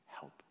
help